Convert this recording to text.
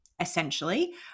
essentially